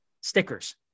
stickers